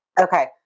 okay